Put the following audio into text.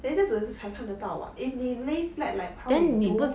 then 这样子才看得到 what if 你 lay flat like how would you